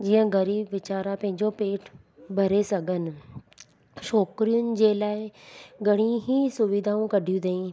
जीअं ग़रीब वीचारा पंहिंजो पेटु भरे सघनि छोकिरियुनि जे लाइ घणेई सुविधाऊं कढियूं अथईं